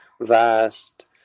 vast